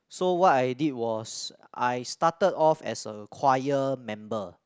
so what I did was I started off as a choir member